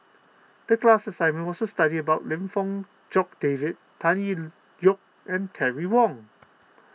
the class assignment was to study about Lim Fong Jock David Tan Tee Yoke and Terry Wong